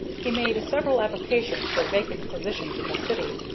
he made several applications for vacant positions in the city,